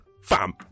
fam